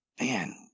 man